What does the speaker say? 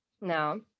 No